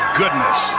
goodness